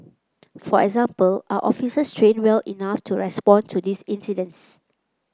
for example are officers trained well enough to respond to these incidents